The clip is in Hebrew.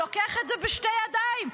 הוא לוקח את זה בשתי ידיים,